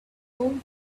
own